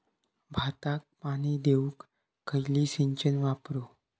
भाताक पाणी देऊक खयली सिंचन वापरू?